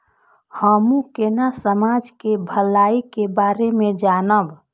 हमू केना समाज के भलाई के बारे में जानब?